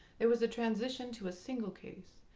there was a transition to a single case,